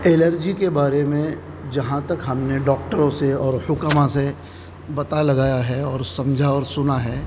allergy کے بارے میں جہاں تک ہم نے ڈاکٹروں سے اور حکما سے پتا لگایا ہے اور سمجھا اور سنا ہے